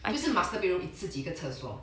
这个是 master bedroom 自己一个厕所